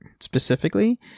specifically